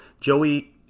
Joey